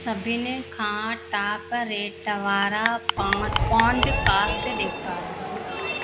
सभिनी खां top rate वारा पां पॉडकास्टस ॾेखारियो